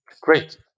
Great